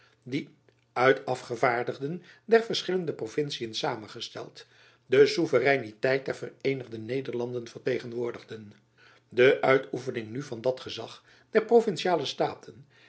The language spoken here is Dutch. die uit afgevaardigden der verschillende provinciën samengesteld de soevereiniteit der vereenigde nederlanden vertegenwoordigden de uitoefening nu van dat gezach der provinciale staten